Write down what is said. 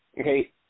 Okay